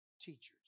teachers